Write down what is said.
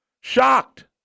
Shocked